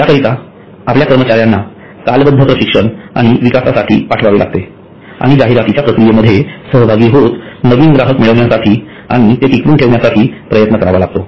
त्याकरिता आपल्या कर्मचाऱ्यांना कालबद्ध प्रशिक्षण आणि विकासासाठी पाठवावे लागते आणि जाहिरातीच्या प्रक्रियेमध्ये सहभागी होत नवीन ग्राहक मिळवण्यासाठी आणि टिकवून ठेवण्यासाठी प्रयत्न करावा लागतो